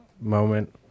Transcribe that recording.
moment